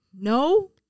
no